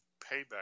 payback